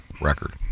record